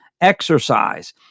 exercise